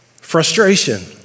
Frustration